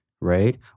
right